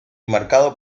marcado